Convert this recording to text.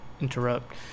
interrupt